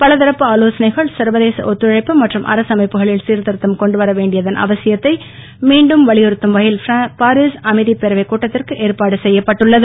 பலதரப்பு ஆலோசனைகள் சர்வதேச ஒத்துழைப்பு மற்றும் அரசு அமைப்புகளில் சிர்திருத்தம் கொண்டுவர வேண்டியதன் அவசியத்தை மீண்டும் வலியுறுத்தும் வகையில் பாரீஸ் அமைதிப் பேரவைக் கட்டத்திற்கு ஏற்பாடு செய்யப்பட்டுள்ளது